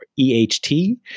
EHT